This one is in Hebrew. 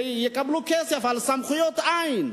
שיקבלו כסף, אבל סמכויות, אין.